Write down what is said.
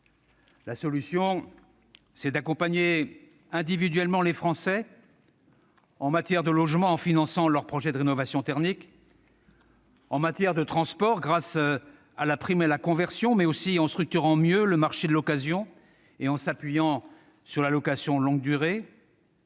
La solution, c'est d'accompagner individuellement les Français, en matière de logement, en finançant leurs projets de rénovation thermique, en matière de transport, grâce à la prime à la conversion, en structurant mieux le marché de l'occasion et en s'appuyant sur la location de longue durée.